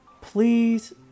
Please